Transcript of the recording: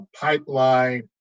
pipeline